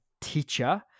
teacher